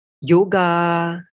yoga